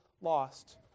lost